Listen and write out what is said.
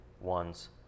one's